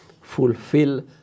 fulfill